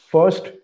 First